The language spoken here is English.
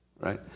right